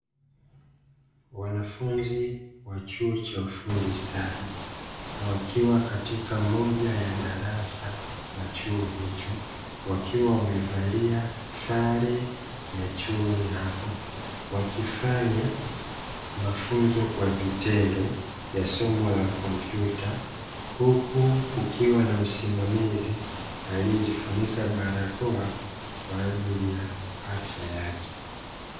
Wanafunzi wa chuo cha ufundi stadi, wakiwa katika moja ya darasa la chuo hicho, wakiwa wamevalia sare ya chuoni hapo, wakifanya mafunzo kwa vitendo ya somo la kompyuta, huku kukiwa na msimamizi aliyejifunika barakoa kwa ajili ya afya yake.